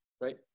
right